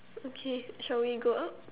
okay shall we go out